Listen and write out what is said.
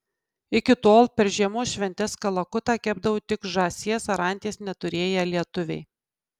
iki tol per žiemos šventes kalakutą kepdavo tik žąsies ar anties neturėję lietuviai